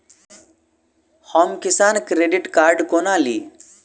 हम किसान credit card कोना ली?